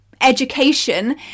education